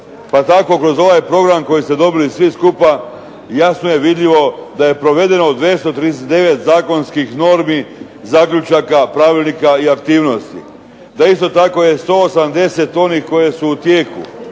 Pa tako kroz ovaj program koji ste dobili svi skupa jasno je vidljivo da je provedeno 239 zakonskih normi, zaključaka, pravilnika i aktivnosti, da isto tako je 180 onih koje su u tijeku